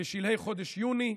בשלהי חודש יוני: